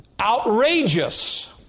Outrageous